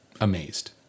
amazed